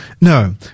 No